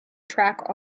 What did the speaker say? track